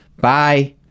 Bye